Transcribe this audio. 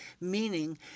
meaning